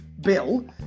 Bill